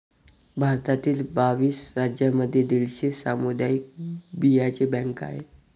भारतातील बावीस राज्यांमध्ये दीडशे सामुदायिक बियांचे बँका आहेत